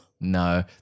No